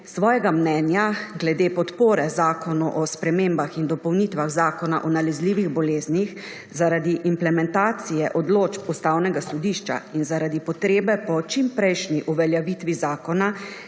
svojega mnenja glede podpore Zakonu o spremembah in dopolnitvah Zakona o nalezljivih boleznih zaradi implementacije odločb Ustavnega sodišča in zaradi potrebe po čimprejšnji uveljavitvi zakona